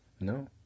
No